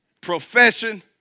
profession